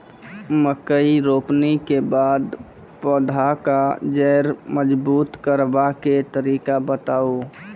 मकय रोपनी के बाद पौधाक जैर मजबूत करबा के तरीका बताऊ?